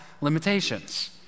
limitations